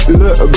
look